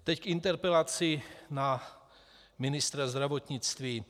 Teď k interpelaci na ministra zdravotnictví.